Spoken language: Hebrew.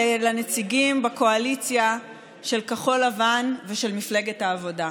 לנציגים בקואליציה של כחול לבן ושל מפלגת העבודה,